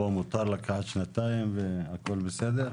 פה מותר שייקח שנתיים והכל בסדר?